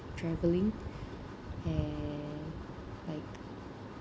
travelling and like